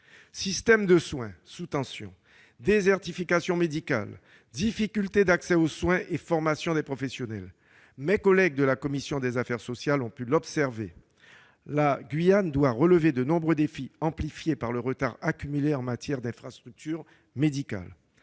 Système de soins sous tension, désertification médicale, difficultés d'accès aux soins, formation des professionnels ... Mes collègues de la commission des affaires sociales ont pu l'observer : la Guyane doit relever de nombreux défis, amplifiés par le retard accumulé en matière d'infrastructures médicales.